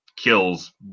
kills